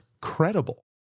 credible